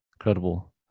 Incredible